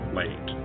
late